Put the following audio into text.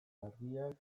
argiak